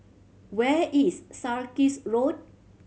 where is Sarkies Road